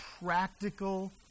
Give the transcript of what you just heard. practical